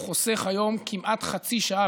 הוא חוסך היום כמעט חצי שעה,